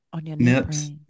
nips